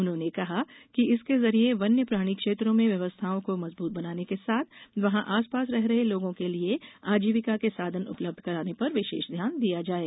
उन्होंने कहा कि इसके जरिए वन्य प्राणी क्षेत्रों में व्यवस्थाओं को मजबूत बनाने के साथ वहाँ आस पास रह रहे लोगों के लिए आजीविका के साधन उपलब्ध कराने पर विशेष ध्यान दिया जाये